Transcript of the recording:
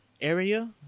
area